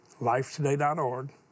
lifetoday.org